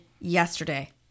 yesterday